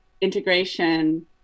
integration